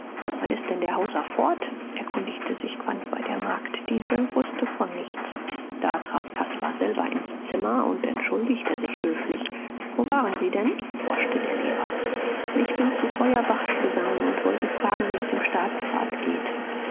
wann ist denn der hauser fort erkundigte sich quandt bei der magd diese wußte von nichts da trat caspar selber ins zimmer und entschuldigte sich höflich wo waren sie denn forschte der lehrer ich bin zu feuerbachs gegangen und wollte fragen wie es dem staatsrat geht